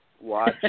watch